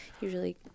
usually